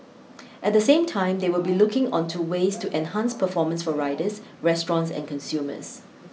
at the same time they will be looking onto ways to enhance performance for riders restaurants and consumers